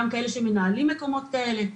גם כאלה שמנהלים מקומות כאלה,